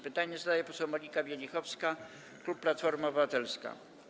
Pytanie zadaje poseł Monika Wielichowska, klub Platforma Obywatelska.